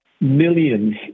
Millions